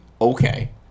Okay